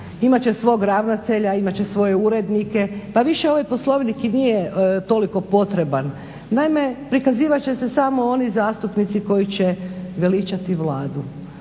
imat će svog ravnatelja, imat će svoje urednike, pa više ovaj Poslovnik i nije toliko potreban. Naime, prikazivat će se samo oni zastupnici koji će veličati Vladu,